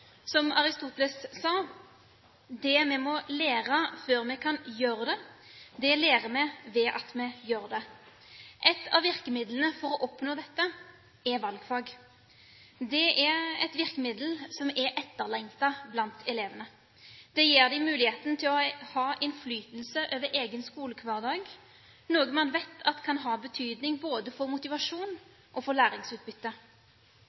Som Aristoteles sa: «Det vi må lære før vi kan gjøre det, det lærer vi ved at vi gjør det.» Et av virkemidlene for å oppnå dette er valgfag. Det er et virkemiddel som er etterlengtet blant elevene. Det gir dem muligheten til å ha innflytelse over egen skolehverdag, noe man vet at kan ha betydning både for